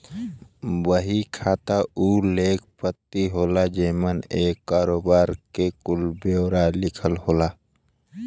बही खाता उ लेख पत्री होला जेमन एक करोबार के कुल ब्योरा लिखल होला